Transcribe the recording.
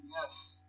Yes